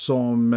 Som